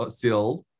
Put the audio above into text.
sealed